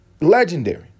Legendary